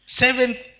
seventh